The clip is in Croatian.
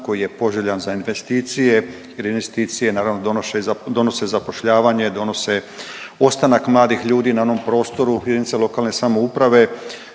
koji je poželjan za investicije, jer investicije naravno donose zapošljavanje, donose ostanak mladih ljudi na onom prostoru. Jedinice lokalne samouprave